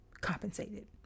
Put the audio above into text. compensated